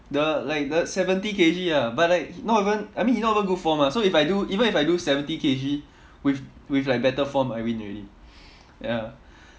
the like the seventy K_G ah but like he not even I mean he not even good form ah so if I do even if I do seventy K_G with with like better form I win already ya